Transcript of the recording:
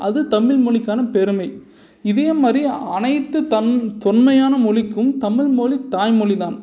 அது தமிழ்மொழிக்கான பெருமை இதே மாதிரி அனைத்து தன் தொன்மையான மொழிக்கும் தமிழ் மொழி தாய்மொழி தான்